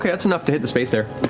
that's enough to hit the space there.